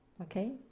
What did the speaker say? Okay